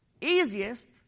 easiest